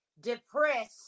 depressed